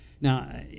Now